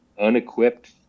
unequipped